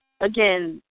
again